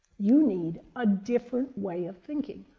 you need a different way of thinking,